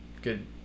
good